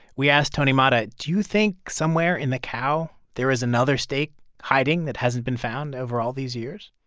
we asked tony mata, do you think somewhere in the cow there is another steak hiding that hasn't been found over all these years?